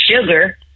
sugar